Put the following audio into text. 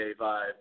vibe